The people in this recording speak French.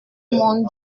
mon